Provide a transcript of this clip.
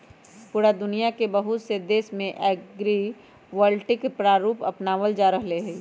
पूरा दुनिया के बहुत से देश में एग्रिवोल्टिक प्रारूप अपनावल जा रहले है